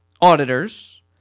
auditors